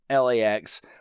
LAX